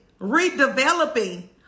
redeveloping